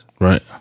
Right